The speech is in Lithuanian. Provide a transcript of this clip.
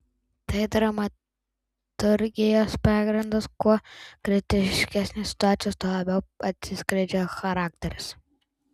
tai dramaturgijos pagrindas kuo kritiškesnė situacija tuo labiau atsiskleidžia charakteris